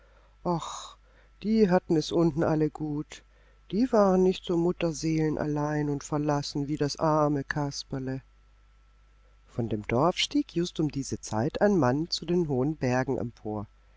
die hatten es unten alle gut die waren nicht so mutterseelenallein und verlassen wie das arme kasperle von dem dorf stieg just um diese zeit ein mann zu den hohen bergen empor